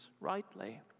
rightly